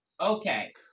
okay